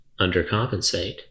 undercompensate